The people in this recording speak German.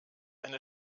eine